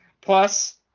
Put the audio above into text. Plus